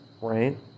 right